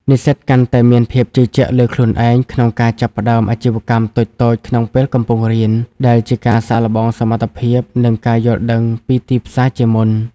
និស្សិតកាន់តែមានភាពជឿជាក់លើខ្លួនឯងក្នុងការចាប់ផ្ដើមអាជីវកម្មតូចៗក្នុងពេលកំពុងរៀន ដែលជាការសាកល្បងសមត្ថភាព និងការយល់ដឹងពីទីផ្សារជាមុន។